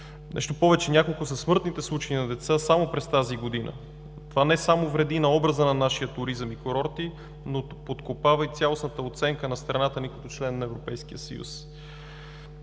Нещо повече, няколко са смъртните случаи на деца само през тази година. Това не само вреди на образа на нашия туризъм и курорти, но подкопава и цялостната оценка на страната ни като член на Европейския съюз.